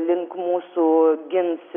link mūsų gins